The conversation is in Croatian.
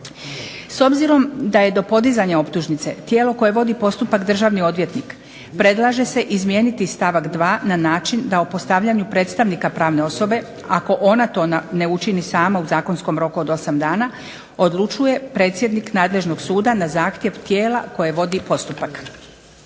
S obzirom da je do podizanja optužnice tijelo koje vodi postupak državni odvjetnik predlaže se izmijeniti stavak 2. na način da o postavljanju predstavnika pravne osobe ako ona to ne učini sama u zakonskom roku od 8 dana odlučuje predsjednik nadležnog suda na zahtjev tijela koje vodi postupak.